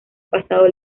pasado